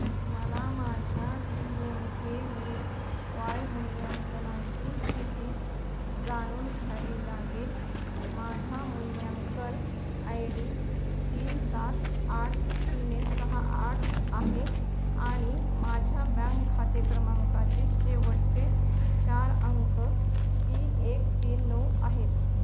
मला माझ्या P M K V Y मूल्यांकनाची स्थिती जाणून घ्यावी लागेल माझा मूल्यांकन आय डी तीन सात आठ शून्य सहा आठ आहे आणि माझ्या बँक खाते क्रमांकाचे शेवटचे चार अंक तीन एक तीन नऊ आहेत